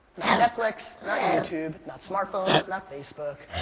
not netflix, not youtube, not smartphones, not facebook.